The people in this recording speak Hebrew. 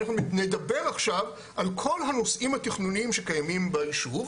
אנחנו נדבר עכשיו על כל הנושאים התכנוניים שקיימים ביישוב,